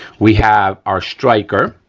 we have our striker.